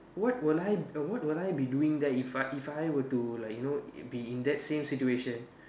what will I what will I be doing there if I if I were to like you know be in that same situation